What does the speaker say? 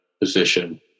position